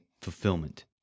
fulfillment